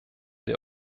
der